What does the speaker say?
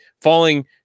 falling